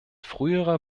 früherer